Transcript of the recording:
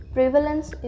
Prevalence